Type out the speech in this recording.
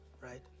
right